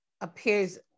appears